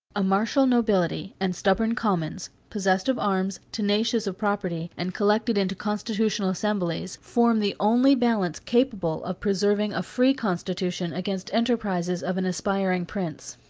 a martial nobility and stubborn commons, possessed of arms, tenacious of property, and collected into constitutional assemblies, form the only balance capable of preserving a free constitution against enterprises of an aspiring prince.